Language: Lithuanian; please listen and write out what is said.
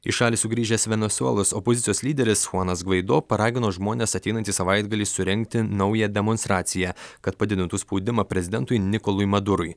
į šalį sugrįžęs venesuelos opozicijos lyderis chuanas gvaido paragino žmones ateinantį savaitgalį surengti naują demonstraciją kad padidintų spaudimą prezidentui nikolui madurui